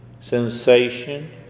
sensation